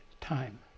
time